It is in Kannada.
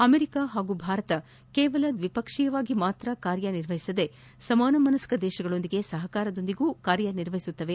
ಅಮೆರಿಕಾ ಹಾಗೂ ಭಾರತ ಕೇವಲ ದ್ವಿಪಕ್ಷೀಯವಾಗಿ ಮಾತ್ರ ಕಾರ್ಯ ನಿರ್ವಹಿಸದೇ ಸಮಾನ ಮನಸ್ಥ ದೇಶಗಳೊಂದಿಗೆ ಸಹಕಾರಗೊಂದಿಗೆ ಕಾರ್ಯ ನಿರ್ವಹಿಸುತ್ತಿವೆ